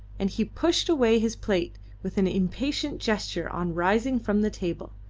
and he pushed away his plate with an impatient gesture on rising from the table.